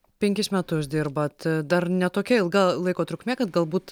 penkis metus dirbat dar ne tokia ilga laiko trukmė kad galbūt